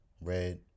red